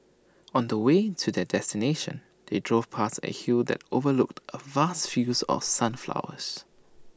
on the way to their destination they drove past A hill that overlooked A vast fields of sunflowers